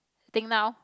think now